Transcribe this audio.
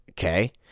Okay